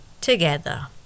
together